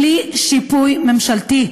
בלי שיפוי ממשלתי.